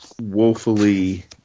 woefully